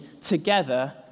together